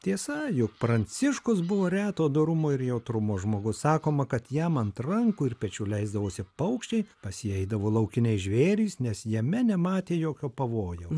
tiesa jog pranciškus buvo reto dorumo ir jautrumo žmogus sakoma kad jam ant rankų ir pečių leisdavosi paukščiai pas jį eidavo laukiniai žvėrys nes jame nematė jokio pavojo